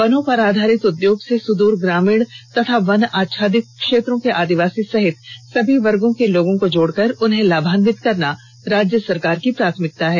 वनों पर आधारित उद्योग से सुदूर ग्रामीण तथा वन आच्छादित क्षेत्रों के आदिवासी सहित सभी वर्गों के लोगों को जोड़कर उन्हें लाभान्वित करना राज्य सरकार की प्राथमिकता है